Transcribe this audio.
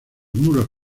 muros